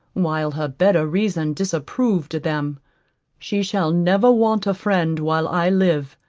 while her better reason disapproved them she shall never want a friend while i live,